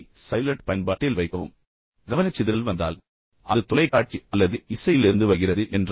அதை சைலன்ட் பயன்பாட்டில் வைக்கவும் மற்றும் எந்த வகையான கவனச்சிதறல் வந்தால் அது தொலைக்காட்சி அல்லது இசையிலிருந்து வருகிறது என்று வைத்துக்கொள்வோம்